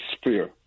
sphere